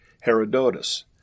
Herodotus